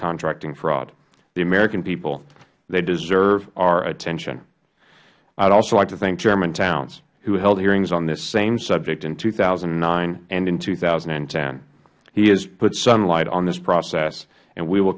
contracting fraud the american people deserve our attention i would also like to thank chairman towns who held hearings on this same subject in two thousand and nine and in two thousand and ten he has put sunlight on this process and we will